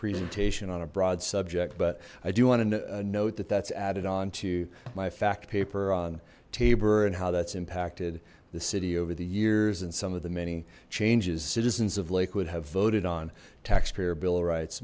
presentation on a broad subject but i do want to note that that's added on to my fact paper on tabor and how that's impacted the city over the years and some of the many changes citizens of lakewood have voted on taxpayer bill of rights